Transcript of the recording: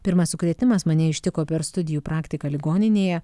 pirmas sukrėtimas mane ištiko per studijų praktiką ligoninėje